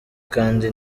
kandi